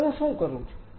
હવે હું શું કરું છું